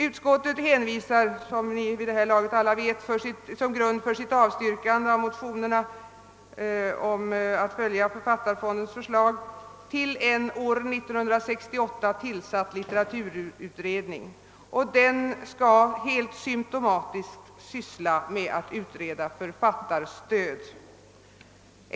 Utskottet hänvisar, som alla vid det här laget vet, som grund för sitt avstyrkande av motionerna om att Författarfondens förslag skall följas till en år 1968 tillsatt litteraturutredning, och denna skall helt symtomatiskt syssla med att utreda författarstödet.